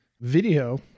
video